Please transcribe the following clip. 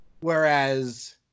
Whereas